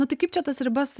nu tai kaip čia tas ribas